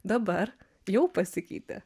dabar jau pasikeitė